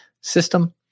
system